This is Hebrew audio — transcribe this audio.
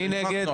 מי נגד?